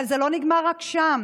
אבל זה לא נגמר רק שם.